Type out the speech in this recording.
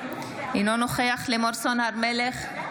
אינו נוכח לימור סון הר מלך,